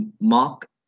Mark